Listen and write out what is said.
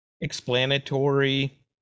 explanatory